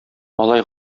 алай